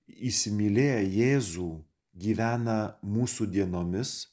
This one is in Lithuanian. įsimylėję jėzų gyvena mūsų dienomis